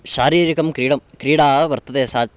शारीरिकं क्रीडं क्रीडा वर्तते सा